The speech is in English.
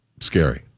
scary